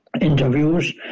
interviews